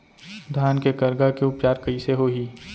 धान के करगा के उपचार कइसे होही?